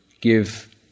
give